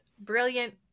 Brilliant